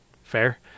fair